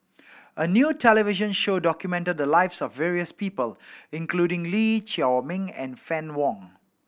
a new television show documented the lives of various people including Lee Chiaw Meng and Fann Wong